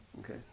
Okay